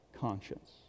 conscience